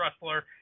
wrestler